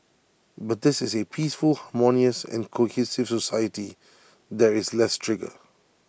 but this is A peaceful harmonious and cohesive society there is less trigger